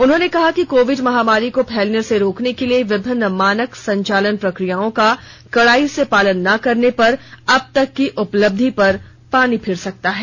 उन्होंने कहा कि कोविड महामारी को फैलने से रोकने के लिए विभिन्न मानक संचालन प्रक्रियाओं का कड़ाई से पालन न करने पर अब तक की उपलब्धि पर पानी फिर सकता है